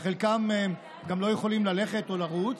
חלקם גם לא יכולים ללכת או לרוץ,